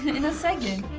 in a second.